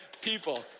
people